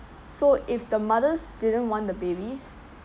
so if the mothers didn't want the babies